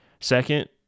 Second